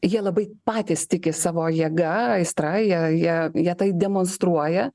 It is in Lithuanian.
jie labai patys tiki savo jėga aistra jie jie jie tai demonstruoja